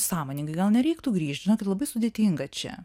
sąmoningai gal nereiktų grįžt žinokit labai sudėtinga čia